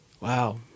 wow